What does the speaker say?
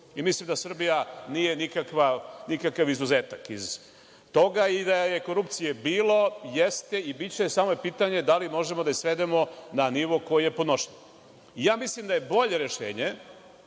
Mislim da Srbija nije nikakav izuzetak iz toga i da je korupcije bilo jeste i biće, samo je pitanje da li možemo da je svedemo na nivo koji je podnošljiv. Mislim, da je bolje rešenje